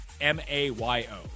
m-a-y-o